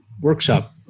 workshop